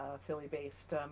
philly-based